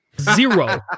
Zero